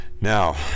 now